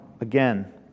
again